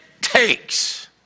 takes